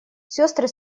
сестры